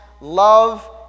love